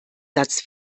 satz